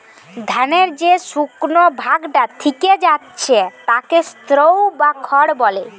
ধানের যে শুকনো ভাগটা থিকে যাচ্ছে তাকে স্ত্রও বা খড় বলে